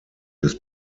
des